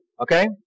okay